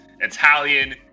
italian